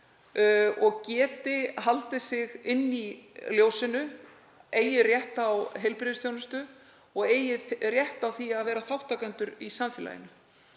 og geti haldið sig inni í ljósinu, eigi rétt á heilbrigðisþjónustu og eigi rétt á því að vera þátttakendur í samfélaginu.